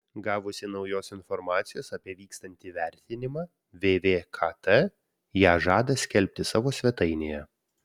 gavusi naujos informacijos apie vykstantį vertinimą vvkt ją žada skelbti savo svetainėje